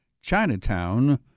Chinatown